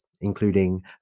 including